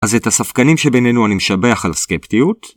‫אז את הספקנים שבינינו ‫אני משבח על הסקפטיות...